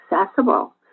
accessible